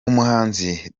umuhanzi